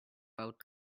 out